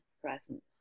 presence